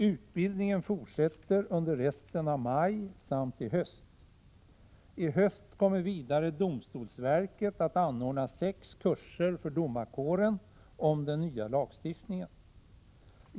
Utbildningen fortsätter under resten av maj samt i höst. I höst kommer vidare domstolsverket att anorda sex kurser för domarkåren om den nya lagstiftningen.